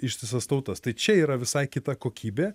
ištisas tautas tai čia yra visai kita kokybė